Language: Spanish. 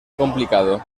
complicado